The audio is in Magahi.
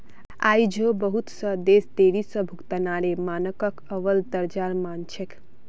आई झो बहुत स देश देरी स भुगतानेर मानकक अव्वल दर्जार मान छेक